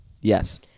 Yes